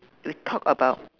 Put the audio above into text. we talk about